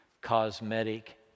cosmetic